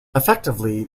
effectively